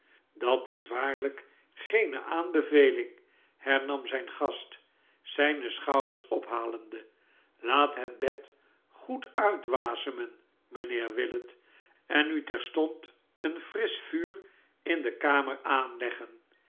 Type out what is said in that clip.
dat is waarlijk geene aanbeveling hernam zijn gast zijne schouders ophalende laat het bed goed uitwasemen mijnheer willet en nu terstond een frisch vuur in de kamer aanleggen